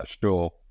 sure